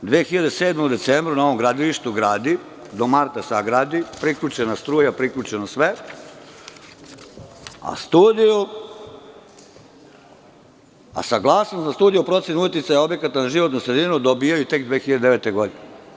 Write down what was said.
Godine 2007. u decembru na ovom gradilištu gradi, do marta sagradi, priključena struja, priključeno sve, a saglasnost za studiju o proceni uticaja objekata na životnu sredinu dobijaju tek 2009. godine.